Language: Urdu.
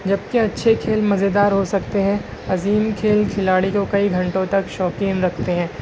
جب کہ اچھے کھیل مزیدار ہو سکتے ہیں عظیم کھیل کھلاڑی کو کئی گھنٹوں تک شوقین رکھتے ہیں